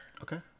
Okay